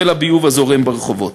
של הביוב הזורם ברחובות.